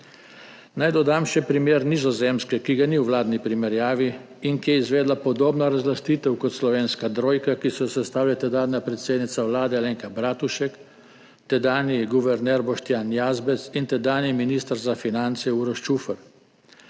Naj dodam še primer Nizozemske, ki ga ni v vladni primerjavi, ki je izvedla podobno razlastitev kot slovenska trojka, ki jo je sestavljala tedanja predsednica Vlade Alenka Bratušek, tedanji guverner Boštjan Jazbec in tedanji minister za finance Uroš Čufer.